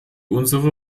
unsere